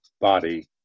body